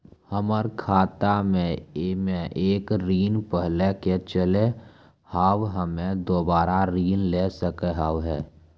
हमर खाता मे एक ऋण पहले के चले हाव हम्मे दोबारा ऋण ले सके हाव हे?